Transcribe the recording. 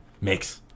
mix